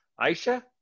Aisha